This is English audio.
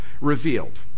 revealed